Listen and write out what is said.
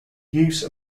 use